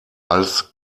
als